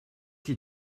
qui